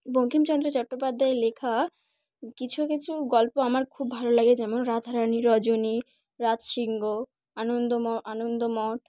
বঙ্কিমচন্দ্র চট্টোপাধ্যায়ের লেখা কিছু কিছু গল্প আমার খুব ভালো লাগে যেমন রাধারানী রজনী রাজসিংহ আনন্দম আনন্দমঠ